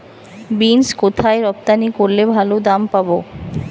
Beans কোথায় রপ্তানি করলে ভালো দাম পাব?